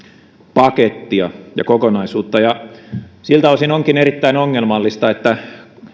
pakettia ja kokonaisuutta siltä osin onkin erittäin ongelmallista että